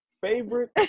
Favorite